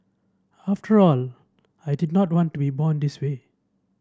after all I did not want to be born this way